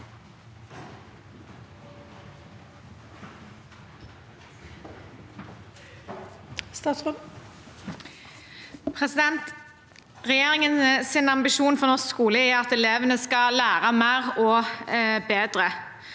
Regjerin- gens ambisjon for norsk skole er at elevene skal lære mer og bedre.